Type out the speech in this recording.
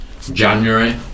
January